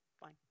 Fine